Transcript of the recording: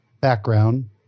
background